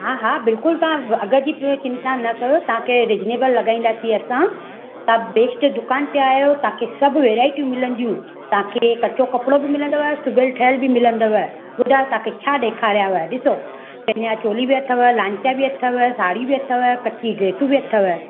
हा हा बिल्कुलु तव्हां अ अघु चिंता न कयो तव्हांखे रिजनेबल लॻाईंदासीं असां तव्हां बेस्ट दुकान ते आया आहियो तव्हांखे सभु वैराईटियूं मिलंदियूं तव्हांखे कचो कपिड़ो बि मिलंदव सिॿियल ठहियल बि मिलंदव ॿुधायो तव्हां खे छा ॾेखारियांव ॾिसो चनिया चोली बि अथव लांचा बि अथव साड़ी बि अथव कची ड्रेसूं बि अथव